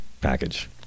package